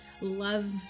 love